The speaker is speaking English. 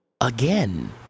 again